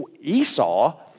Esau